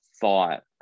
thought